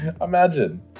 Imagine